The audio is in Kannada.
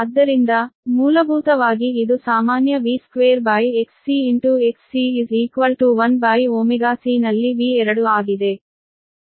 ಆದ್ದರಿಂದ ಮೂಲಭೂತವಾಗಿ ಇದು ಸಾಮಾನ್ಯ V2Xc Xc1c ನಲ್ಲಿ V2 ಆಗಿದೆ